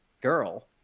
girl